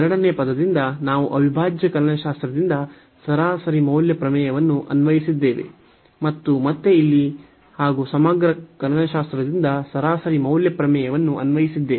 ಎರಡನೆಯ ಪದದಿಂದ ನಾವು ಅವಿಭಾಜ್ಯ ಕಲನಶಾಸ್ತ್ರದಿಂದ ಸರಾಸರಿ ಮೌಲ್ಯ ಪ್ರಮೇಯವನ್ನು ಅನ್ವಯಿಸಿದ್ದೇವೆ ಮತ್ತು ಮತ್ತೆ ಇಲ್ಲಿ ಹಾಗೂ ಸಮಗ್ರ ಕಲನಶಾಸ್ತ್ರದಿಂದ ಸರಾಸರಿ ಮೌಲ್ಯ ಪ್ರಮೇಯವನ್ನು ಅನ್ವಯಿಸಿದ್ದೇವೆ